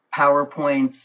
PowerPoints